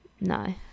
No